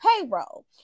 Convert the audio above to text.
payroll